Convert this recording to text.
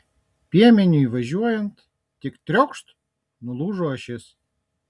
piemeniui važiuojant tik triokšt nulūžo ašis